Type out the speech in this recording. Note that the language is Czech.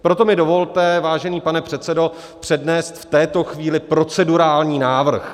Proto mi dovolte, vážený pane předsedo, přednést v této chvíli procedurální návrh.